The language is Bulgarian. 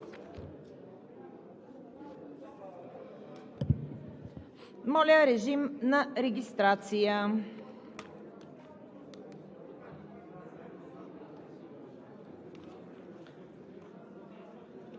Моля, режим на регистрация.